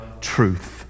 truth